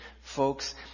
Folks